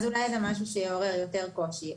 אז אולי זה יעורר יותר קושי.